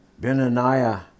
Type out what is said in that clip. Benaniah